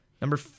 Number